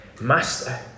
Master